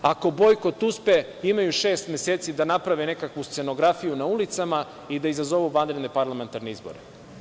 Ako bojkot uspe, imaju šest meseci da naprave nekakvu scenografiju na ulicama i da izazovu vanredne parlamentarne izbore.